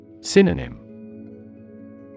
Synonym